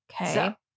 okay